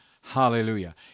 Hallelujah